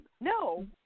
no